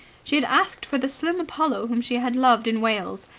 she had asked for the slim apollo whom she had loved in wales,